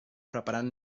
preparant